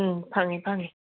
ꯎꯝ ꯐꯪꯉꯦ ꯐꯪꯉꯦ